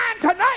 tonight